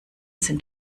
sind